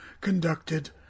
conducted